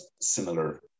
similar